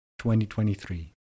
2023